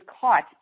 caught